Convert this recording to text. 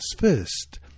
first